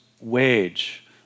wage